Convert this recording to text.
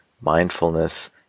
mindfulness